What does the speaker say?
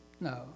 no